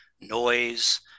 noise